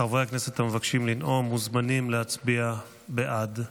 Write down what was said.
חברי הכנסת המבקשים לנאום מוזמנים להצביע בעד כעת.